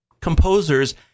composers